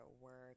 work